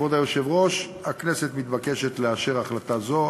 כבוד היושב-ראש, הכנסת מתבקשת לאשר החלטה זו.